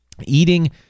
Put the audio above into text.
eating